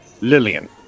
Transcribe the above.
Lillian